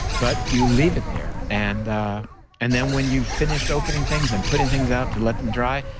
but you leave it there, and ah and then when you finished opening things and putting things out to let them dry,